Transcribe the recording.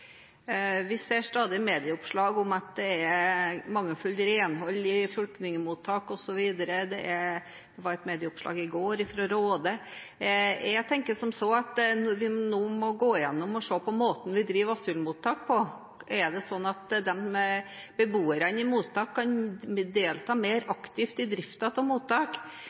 Vi ser stadig medieoppslag om at det er mangelfullt renhold i flyktningmottak osv. Det var et medieoppslag i går fra Råde. Jeg tenker som så at vi nå må gå igjennom og se på måten vi driver asylmottak på. Er det sånn at beboerne i mottak kan delta mer aktivt i driften av mottak?